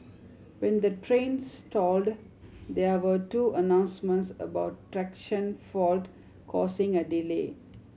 when the train stalled there were two announcements about traction fault causing a delay